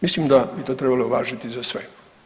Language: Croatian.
Mislim da bi to trebalo važiti za sve.